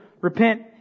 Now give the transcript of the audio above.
repent